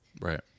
Right